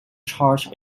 charge